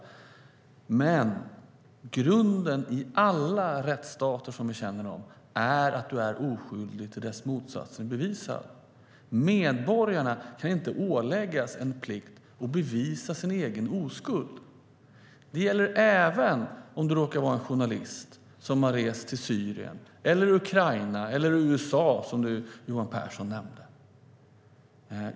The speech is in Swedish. Men grunden i alla rättsstater, som vi känner dem, är att du är oskyldig till dess att motsatsen är bevisad. Medborgarna kan inte åläggas en plikt att bevisa sin egen oskuld. Det gäller även om du råkar vara en journalist som har rest till Syrien, Ukraina eller USA, som Johan Pehrson nämnde.